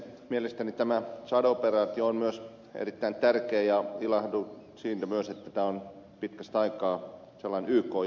mielestäni tämä tsad operaatio on myös erittäin tärkeä ja ilahduin siitä myös että tämä on pitkästä aikaa yk johtoinen operaatio